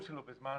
הכיוון שלו בזמן